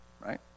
Right